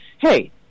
hey